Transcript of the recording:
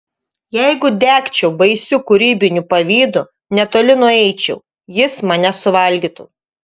jeigu degčiau baisiu kūrybiniu pavydu netoli nueičiau jis mane suvalgytų